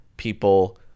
People